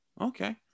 Okay